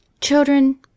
Children